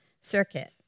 Circuit